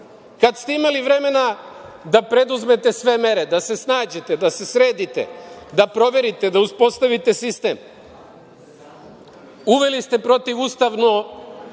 kad ste imali vremena da preduzmete sve mere, da se snađete, da se sredite, da proverite, da uspostavite sistem? Uveli ste protivustavno